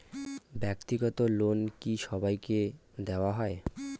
ব্যাক্তিগত লোন কি সবাইকে দেওয়া হয়?